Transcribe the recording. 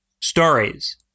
stories